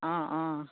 অঁ অঁ